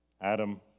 Adam